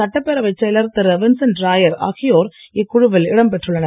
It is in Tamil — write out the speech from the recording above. சட்டப்பேரவை செயலர் திரு வின்சென்ட்ராயர் ஆகியோர் இக்குழுவில் இடம் பெற்றுள்ளனர்